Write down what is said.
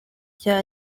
cya